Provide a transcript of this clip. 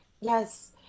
yes